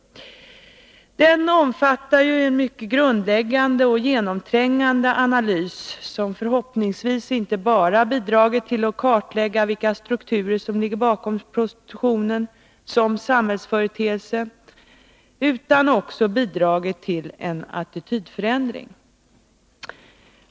Expertrapporten innehåller en mycket grundläggande och genomträngande analys, som förhoppningsvis inte bara har bidragit till att kartlägga vilka strukturer som ligger bakom prostitutionen som samhällsföreteelse, utan också har bidragit till en attitydförändring.